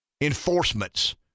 enforcements